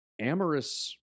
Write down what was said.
amorous